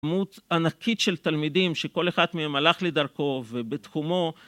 כמות ענקית של תלמידים שכל אחת מהם הלך לדרכו ובתחומו